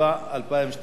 התשע"ב 2012,